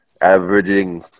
averaging